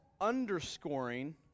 underscoring